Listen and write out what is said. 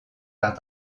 arts